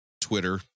Twitter